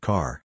Car